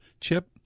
Chip